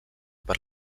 per